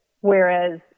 Whereas